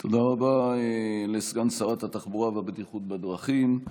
תודה רבה לסגן שרת התחבורה והבטיחות בדרכים.